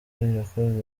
irakoze